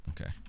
Okay